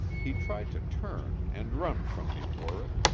he tried to turn and run from before it,